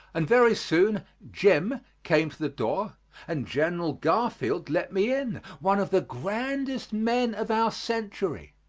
and very soon jim came to the door and general garfield let me in one of the grandest men of our century.